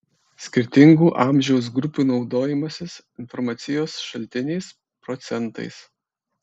skirtingų amžiaus grupių naudojimasis informacijos šaltiniais procentais